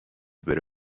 بره